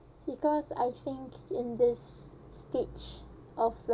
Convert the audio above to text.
because I think in this stage of wh~